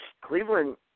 Cleveland –